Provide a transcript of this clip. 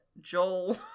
Joel